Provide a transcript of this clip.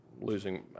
losing